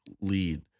lead